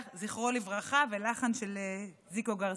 זכרו לברכה, ולחן של זיקו גרציאני.